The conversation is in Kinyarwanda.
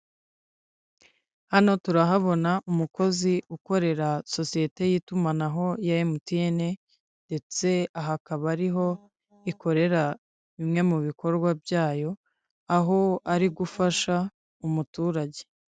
Hano turahabona umukozi ukorera sosiyete y'itumanaho ya MTN ndetse aha akaba ariho ikorera bimwe mu bikorwa byayo aho ari gufasha umuturage.